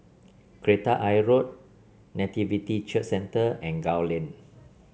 Kreta Ayer Road Nativity Church Centre and Gul Lane